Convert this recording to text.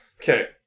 okay